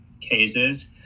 cases